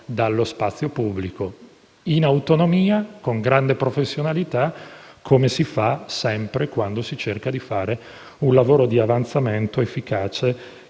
dallo spazio pubblico, in autonomia, con grande professionalità, come si fa sempre quando si cerca di svolgere un lavoro di avanzamento efficace,